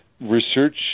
research